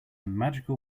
magical